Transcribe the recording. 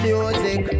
Music